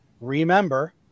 remember